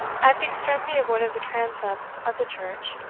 at the extremity of one of the transepts of the church,